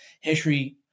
history